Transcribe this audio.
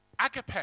agape